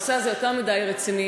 הנושא הזה יותר מדי רציני,